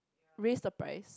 very surprised